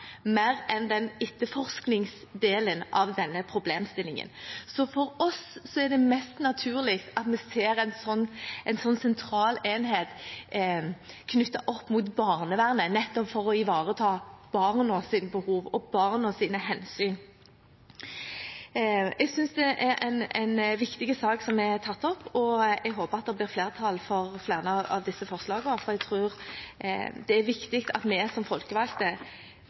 enn på etterforskningsdelen av denne problemstillingen. Så for oss er det mest naturlig at vi ser en slik sentral enhet knyttet opp mot barnevernet, nettopp for å ivareta barnas behov og hensynet til barna. Jeg synes det er en viktig sak som er tatt opp, og jeg håper at det blir flertall for flere av forslagene, for jeg tror det er viktig at vi som folkevalgte